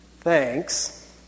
thanks